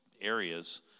areas